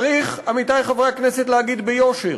צריך, עמיתי חברי הכנסת, להגיד ביושר